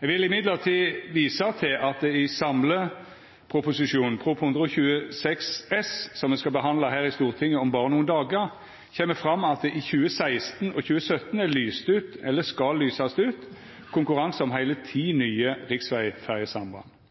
Eg vil likevel visa til at det i samleproposisjonen, Prop. 126 S for 2015–2016, som me skal behandla her i Stortinget om berre nokre dagar, kjem fram at det i 2016 og 2017 er lyst ut eller skal lysast ut konkurranse om heile ti nye riksvegferjesamband.